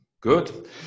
good